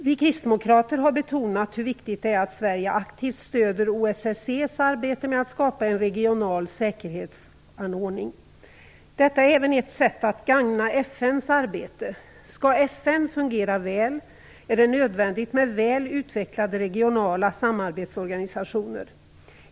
Vi kristdemokrater har betonat hur viktigt det är att Sverige aktivt stöder OSSE:s arbete med att skapa en regional säkerhetsanordning. Detta är även ett sätt att gagna FN:s arbete. Skall FN fungera väl, är det nödvändigt med väl utvecklade regionala samarbetsorganisationer.